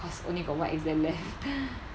cause only got one exam left